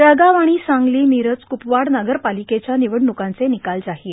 जळगाव आणि सांगली मिरज कुपवाड महानगरपालिकेच्या निवडणुकांचे निकाल जाहीर